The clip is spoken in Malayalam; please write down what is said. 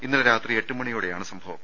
ഇന്നലെ രാത്രി എട്ട് മണിയോടെയാമ് സംഭ വം